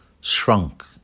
shrunk